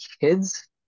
kids